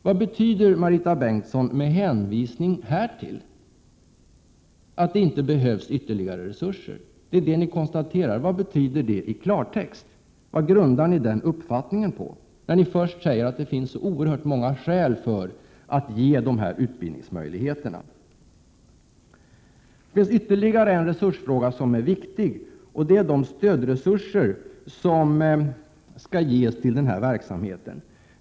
Vad betyder, Marita Bengtsson, att det ”med hänvisning härtill” inte behövs ytterligare resurser? Det är ju det ni konstaterar. Vad betyder det i klartext? Vad grundar ni er uppfattning på, när ni först säger att det finns oerhört många skäl att ge utbildningsmöjligheter åt utvecklingsstörda? Det finns ytterligare en resursfråga som är viktig. Den gäller de stödresurser som skall ges till den här verksamheten.